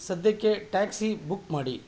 ಸದ್ಯಕ್ಕೆ taxi book ಮಾಡಿ